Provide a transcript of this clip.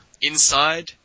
inside